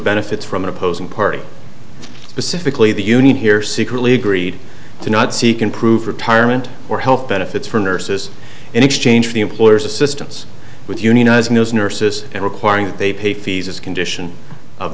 benefits from opposing party pacifically the union here secretly agreed to not see can prove retirement or health benefits for nurses in exchange for the employer's assistance with unionized nose nurses and requiring that they pay fees as a condition of